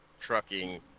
trucking